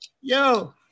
Yo